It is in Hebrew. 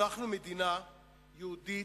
אנחנו מדינה יהודית,